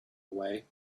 away